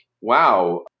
wow